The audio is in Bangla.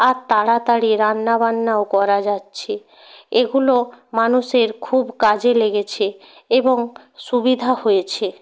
আর তাড়াতাড়ি রান্না বান্নাও করা যাচ্ছে এগুলো মানুষের খুব কাজে লেগেছে এবং সুবিধা হয়েছে